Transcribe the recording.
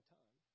time